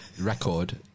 record